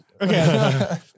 Okay